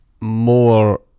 more